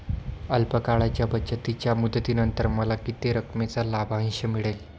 अल्प काळाच्या बचतीच्या मुदतीनंतर मला किती रकमेचा लाभांश मिळेल?